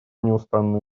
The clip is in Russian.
неустанные